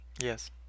Yes